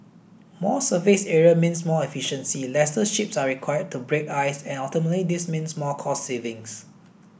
more surface area means more efficiency lesser ships are required to break ice and ultimately this means more cost savings